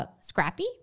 Scrappy